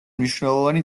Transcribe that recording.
მნიშვნელოვანი